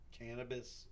cannabis